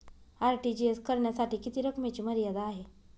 RTGS करण्यासाठी किती रकमेची मर्यादा आहे?